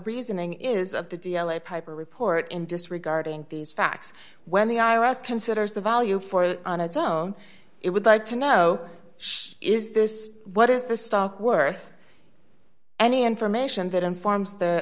reasoning is of the d l a piper report and disregarding these facts when the i r s considers the value for the on its own it would like to know is this what is the stock worth any information that informs the